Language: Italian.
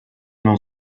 non